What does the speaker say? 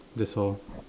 that's all